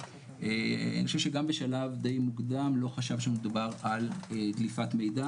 אני חושב שגם בשלב די מוקדם לא חשבנו שמדובר על דליפת מידע,